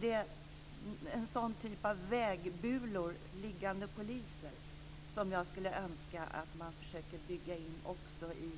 Det är en sådan typ av vägbulor eller liggande poliser som jag skulle önska att man försökte bygga in också i